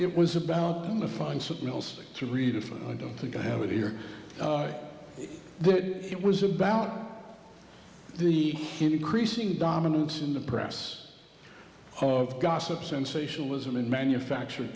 it was about to find something else to read if i don't think i have it here i did it was about the increasing dominance in the press of gossip sensationalism and manufactured